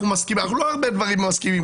אנחנו לא על הרבה דברים מסכימים,